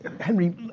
Henry